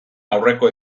aurreko